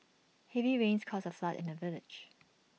heavy rains caused A flood in the village